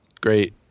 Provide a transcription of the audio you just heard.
great